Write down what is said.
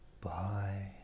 Bye